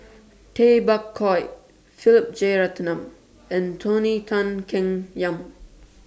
Tay Bak Koi Philip Jeyaretnam and Tony Tan Keng Yam